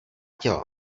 těla